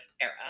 era